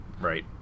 Right